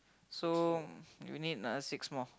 so you need another six more